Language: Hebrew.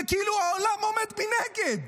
זה כאילו העולם עומד מנגד.